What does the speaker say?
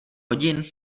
hodin